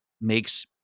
makes